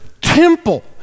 temple